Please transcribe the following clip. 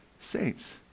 saints